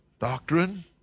doctrine